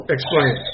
Explain